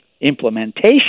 implementation